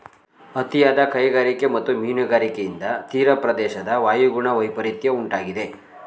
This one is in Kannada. ಅತಿಯಾದ ಕೈಗಾರಿಕೆ ಮತ್ತು ಮೀನುಗಾರಿಕೆಯಿಂದ ತೀರಪ್ರದೇಶದ ವಾಯುಗುಣ ವೈಪರಿತ್ಯ ಉಂಟಾಗಿದೆ